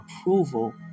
approval